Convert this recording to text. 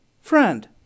Friend